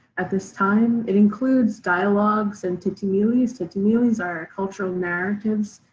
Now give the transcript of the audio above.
at this time it includes dialogues and tetimilis. tetimilis are cultural narratives,